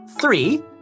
three